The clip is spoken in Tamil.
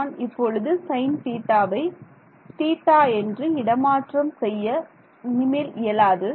நான் இப்பொழுது சைன் தீட்டாவை தீட்டா என்று இடமாற்றம் செய்ய இனிமேல் இயலாது